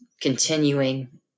continuing